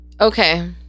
Okay